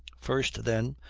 first, then,